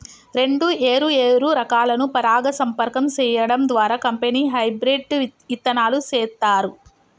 రెండు ఏరు ఏరు రకాలను పరాగ సంపర్కం సేయడం ద్వారా కంపెనీ హెబ్రిడ్ ఇత్తనాలు సేత్తారు